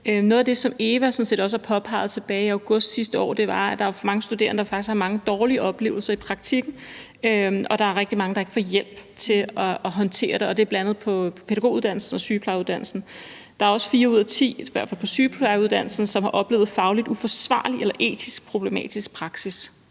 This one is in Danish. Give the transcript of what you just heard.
Noget af det, som EVA også har påpeget tilbage i august sidste år, er, at der er for mange studerende, der faktisk har mange dårlige oplevelser i praktikken, og at der er rigtig mange, der ikke får hjælp til at håndtere det. Det er bl.a. på pædagoguddannelsen og sygeplejerskeuddannelsen. Der er også fire ud af ti på i hvert fald sygeplejerskeuddannelsen, som har oplevet fagligt uforsvarlig eller etisk problematisk praksis.